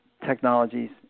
technologies